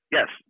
Yes